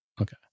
Okay